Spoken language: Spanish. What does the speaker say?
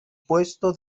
puesto